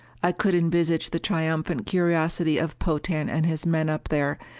i could envisage the triumphant curiosity of potan and his men up there,